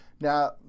Now